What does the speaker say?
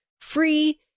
free